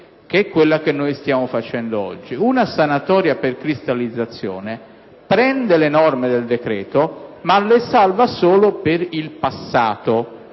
quella che stiamo facendo oggi. Una sanatoria per cristallizzazione prende le norme del decreto ma le salva solo per il passato;